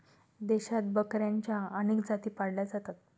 देशात बकऱ्यांच्या अनेक जाती पाळल्या जातात